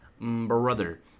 brother